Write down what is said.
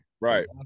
Right